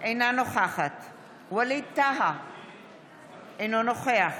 נוכחת ווליד טאהא, אינו נוכח